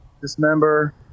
Dismember